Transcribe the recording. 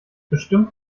bestimmt